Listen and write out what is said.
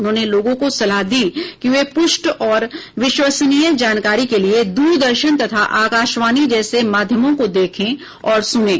उन्होंने लोगों को सलाह दी है कि वे पुष्ट और विश्वसनीय जानकारी के लिए दूरदर्शन तथा आकाशवाणी जैसे माध्यमों को देखें और सुनें